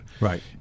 Right